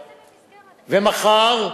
ומחר,